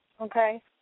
Okay